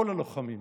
כל הלוחמים.